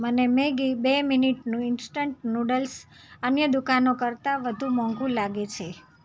મને મેગી બે મિનિટનું ઇન્સ્ટન્ટ નૂડલ્સ અન્ય દુકાનો કરતાં વધુ મોંઘુ લાગે છે